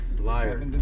Liar